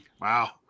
Wow